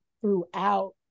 throughout